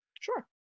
Sure